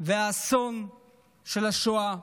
והאסון של השואה,